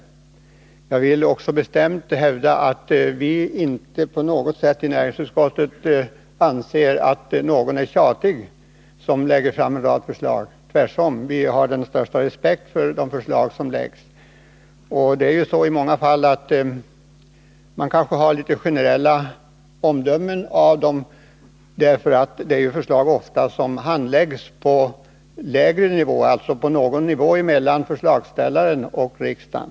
Jag vill också bestämt hävda att vi inom näringsutskottet inte på något sätt anser att den som lägger fram en rad förslag är tjatig. Vi har tvärtom den största respekt för de förslag som läggs fram. I många fall kan man kanske fälla generella omdömen, eftersom det ofta rör sig om förslag som handläggs på lägre nivå, dvs. på någon nivå mellan förslagsställaren och riksdagen.